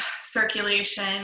Circulation